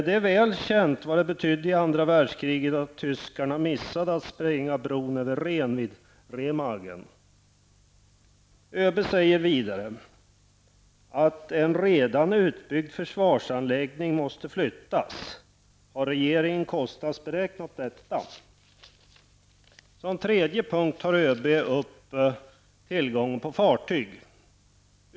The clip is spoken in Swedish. Det är väl känt vad det betydde i andra världskriget att tyskarna missade att spränga bron över Rhen vid Remagen. ÖB säger vidare att en redan utbyggd försvarsanläggning måste flyttas. Har regeringen kostnadsberäknat detta? Som tredje punkt tar ÖB upp frågan om tillgången på fartyg.